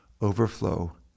overflow